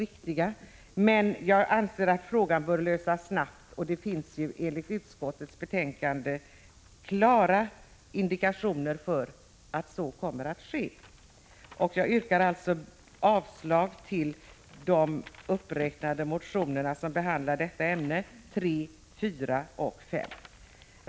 Jag anser emellertid att frågan bör lösas snabbt, och i utskottsbetänkandet ges klara indikationer på att så kommer att ske. Jag yrkar avslag på de reservationer som behandlar detta ämne, nämligen reservationerna 3, 4 och 5.